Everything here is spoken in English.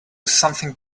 something